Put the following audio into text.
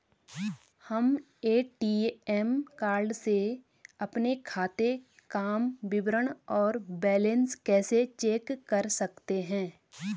हम ATM card से अपने खाते काम विवरण और बैलेंस कैसे चेक कर सकते हैं?